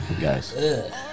guys